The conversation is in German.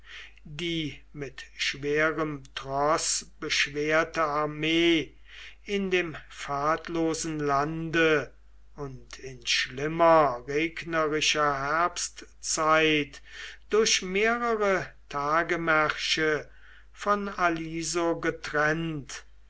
die mit schwerem troß beschwerte armee in dem pfadlosen lande und in schlimmer regnerischer herbstzeit durch mehrere tagemärsche von aliso getrennt